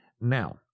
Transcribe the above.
Now